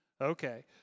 Okay